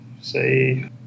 say